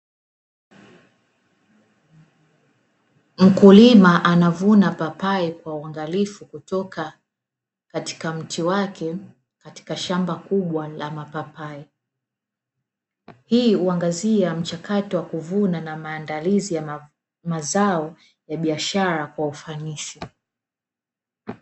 Mkulima anavuna papai kwa uangalifu kutoka katika mti wake katika shamba kubwa la mapapai, hii huangazia mchakato wa kuvuna na maandalizi ya mazao ya biashara kwa ufanisi.